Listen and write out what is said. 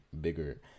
bigger